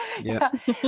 Yes